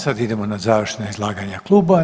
Sada idemo na završna izlaganja klubova.